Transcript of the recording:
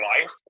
life